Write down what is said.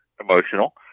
emotional